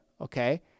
okay